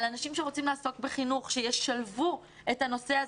על אנשים שרוצים לעסוק בחינוך שישלבו את הנושא הזה.